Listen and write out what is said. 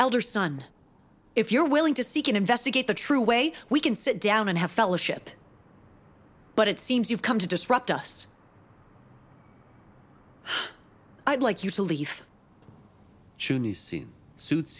elder son if you're willing to seek and investigate the true way we can sit down and have fellowship but it seems you've come to disrupt us i'd like you to leaf